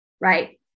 Right